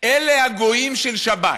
אלה הגויים של שבת: